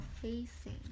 facing